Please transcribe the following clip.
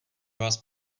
vás